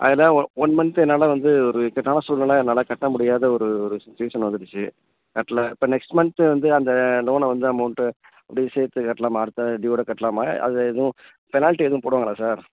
அதில் ஒ one month என்னால் வந்து ஒரு இக்கட்டான சூழ்நிலை என்னால் கட்ட முடியாத ஒரு ரி ரீசன் வந்துருச்சு கட்ல இப்போ நெக்ஸ்ட் மன்த் வந்து அந்த லோனை வந்து அமௌண்ட்டு அப்படியே சேர்த்து கட்டலாமா அடுத்த ட்யூவோடய கட்டலாமா அது எதுவும் பெனால்ட்டி எதுவும் போடுவாங்களா சார்